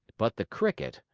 but the cricket,